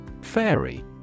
Fairy